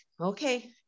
okay